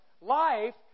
Life